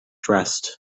dressed